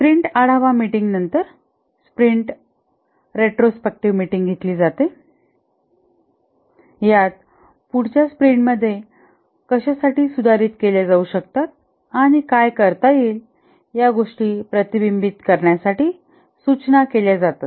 sprint आढावा मीटिंगनंतर sprint retrospective meeting घेतली जाते यात पुढच्या स्प्रिंटमध्ये कशासाठी सुधारित केल्या जाऊ शकतात आणि काय करता येईल या गोष्टी प्रतिबिंबित करण्यासाठी सूचना केल्या जातात